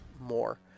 more